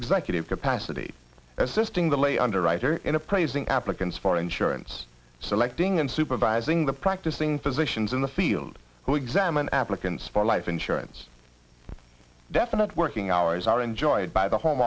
executive capacity assisting the lay underwriter in appraising applicants for insurance selecting and supervising the practicing physicians in the field who examine applicants for life insurance definite working hours are enjoyed by the home